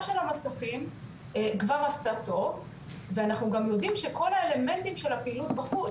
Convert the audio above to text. של המסכים כבר עשתה טוב ואנחנו גם יודעים שכל האלמנטים של הפעילות בחוץ,